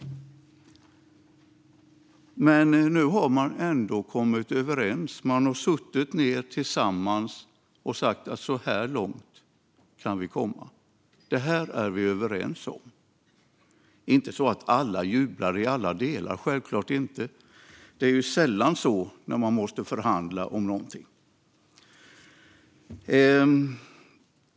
Men nu har man ändå kommit överens. Man har suttit ned tillsammans och sagt: Så här långt kan vi komma. Detta är vi överens om. Det är inte så att alla jublar i alla delar, självklart inte. Det är ju sällan så när man måste förhandla om någonting.